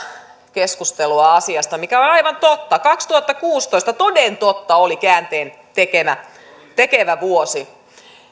keskustelua asiasta mikä on on aivan totta kaksituhattakuusitoista toden totta oli käänteentekevä vuosi